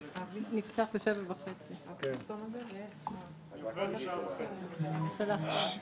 הישיבה ננעלה בשעה 07:26.